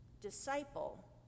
Disciple